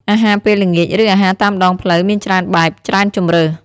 អាហារពេលល្ងាច ឬ អាហារតាមដងផ្លូវមានច្រើនបែប ច្រើនជម្រើស។